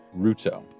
Ruto